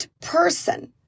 person